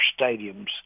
stadiums